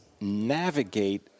navigate